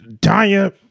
Tanya